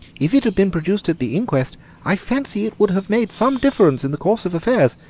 if it had been produced at the inquest i fancy it would have made some difference in the course of affairs.